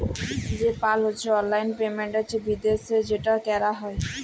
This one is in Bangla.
পে পাল হছে অললাইল পেমেল্ট বিদ্যাশে যেট ক্যরা হ্যয়